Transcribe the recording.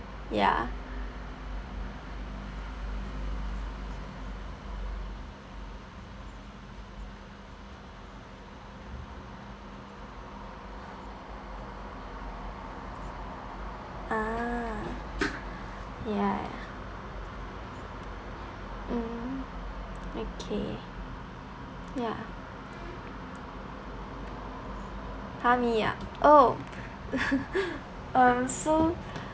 ya ah ya ya mm okay ya ha me ah oh um so